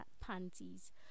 panties